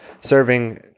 serving